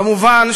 כמובן,